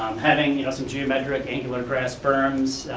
um having you know some geometric angular grass berms,